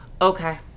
Okay